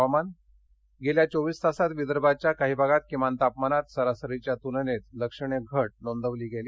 हवामान गेल्या चोवीस तासांत विदर्भाच्या काही भागात किमान तापमानात सरासरीच्या तुलनेत लक्षणीय घट नोंदवली गेली